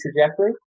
trajectory